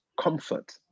comfort